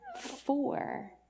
Four